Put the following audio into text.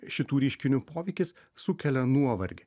šitų reiškinių poveikis sukelia nuovargį